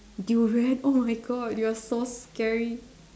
durian oh my God you are so scary